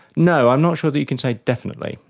no, i'm not sure that you can say definitely.